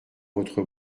votre